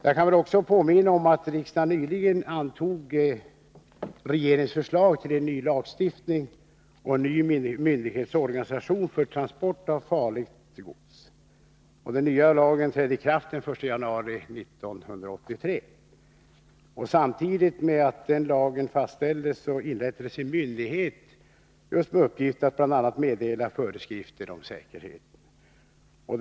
Jag kan också påminna om att riksdagen nyligen antog regeringens förslag till en ny lag och en ny myndighetsorganisation för transport av farligt gods. Den nya lagen trädde i kraft den 1 januari 1983. Samtidigt med att denna lag fastställdes inrättades en myndighet just med uppgift att bl.a. meddela föreskrifter om säkerheten.